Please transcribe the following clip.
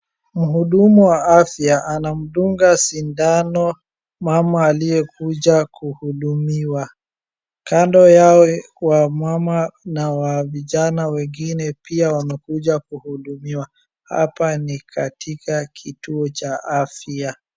Mhudumu wa afya anamdunga sindano mama aliyekuja kuhudumiwa. Kando yao wamama na wa vijana wengine pia wamekuja kuhudumiwa. Hapa ni katika kituo cha afya.